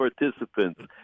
participants